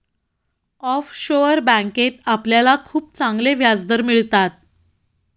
offshore बँकेत आपल्याला खूप चांगले व्याजदर मिळतात